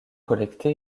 collecté